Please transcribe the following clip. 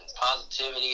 positivity